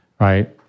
right